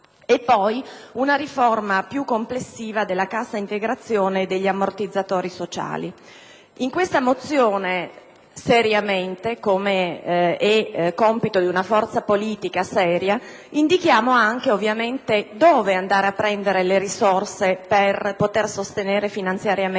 poi una riforma più complessiva della cassa integrazione e degli ammortizzatori sociali. In questa mozione, com'è compito di una forza politica seria, indichiamo ovviamente anche dove andare a prendere le risorse per poter sostenere finanziariamente